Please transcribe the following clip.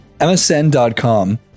MSN.com